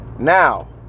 Now